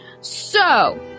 So